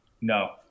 No